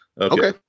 Okay